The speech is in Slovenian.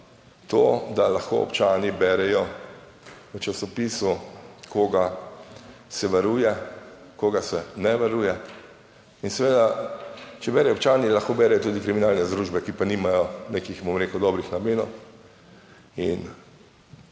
(nadaljevanje) v časopisu, koga se varuje, koga se ne varuje in seveda, če berejo občani, lahko berejo tudi kriminalne združbe, ki pa nimajo nekih, bom rekel, dobrih namenov. In